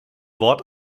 wort